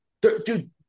Dude